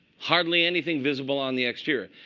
hardly anything visible on the exterior.